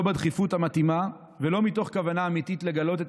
לא בדחיפות המתאימה ולא מתוך כוונה אמיתית לגלות את